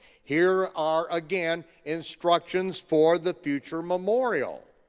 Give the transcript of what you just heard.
here are again instructions for the future memorial.